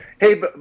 Hey